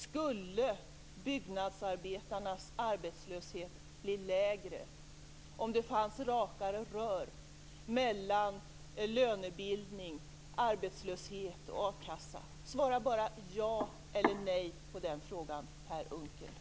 Skulle byggnadsarbetarnas arbetslöshet bli lägre om det fanns rakare rör mellan lönebildning, arbetslöshet och a-kassa? Svara bara ja eller nej på den frågan, Per Unckel.